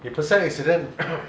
你 personal accident